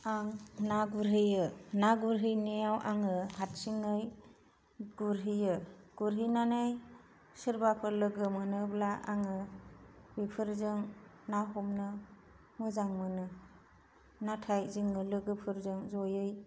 आं ना गुरहैयो ना गुरहैनायाव आङो हारसिंङै गुरहैयो गुरहैनानै सोरबाफोर लोगो मोनोब्ला आङो बेफोरजों ना हमनो मोजां मोनो नाथाय जोङो लोगोफोरजों जयै